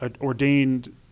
ordained